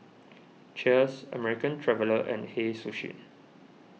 Cheers American Traveller and Hei Sushi